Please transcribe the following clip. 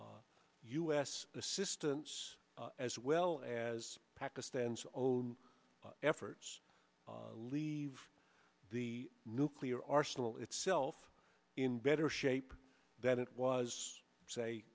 s assistance as well as pakistan's own efforts leave the nuclear arsenal itself in better shape than it was say